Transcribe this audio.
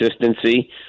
consistency